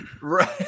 Right